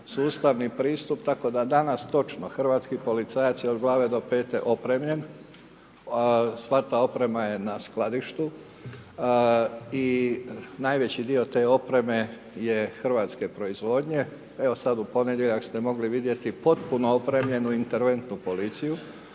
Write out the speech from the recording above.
sustavni pristup, tako da danas točno hrvatski policajac je od glave do pete opremljen. Sva ta oprema je na skladištu i najveći dio te opreme je hrvatske proizvodnje. Evo, sad u ponedjeljak ste mogli vidjeti potpuno opremljenu interventnu policiju.